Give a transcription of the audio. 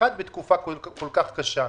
במיוחד בתקופה כל כך קשה.